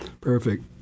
Perfect